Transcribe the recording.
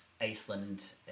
Iceland